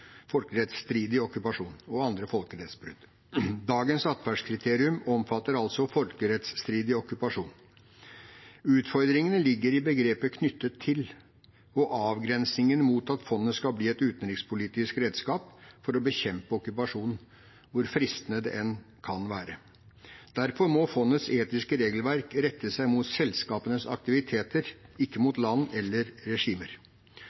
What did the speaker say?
og andre folkerettsbrudd. Dagens atferdskriterium omfatter altså folkerettsstridig okkupasjon. Utfordringen ligger i begrepet «knyttet til» og avgrensningen mot at fondet skal bli et utenrikspolitisk redskap for å bekjempe okkupasjonen, hvor fristende det enn kan være. Derfor må fondets etiske regelverk rette seg mot selskapenes aktiviteter, ikke mot land eller regimer.